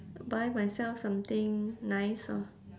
buy myself something nice orh